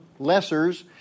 lessers